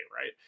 right